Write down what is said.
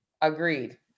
Agreed